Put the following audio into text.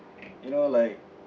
you know like